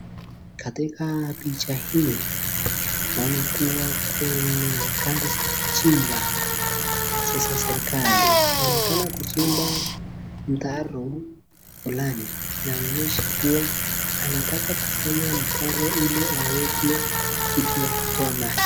Katika picha hii naona kuwa kuna gari za kuchimba za serikali, inaonekana kuchimba mtaro fulani. Inaonyesha kuwa anataka kufanya mtaro ili waweke kitu ya kutoa maji.